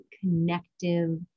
connective